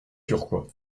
turquois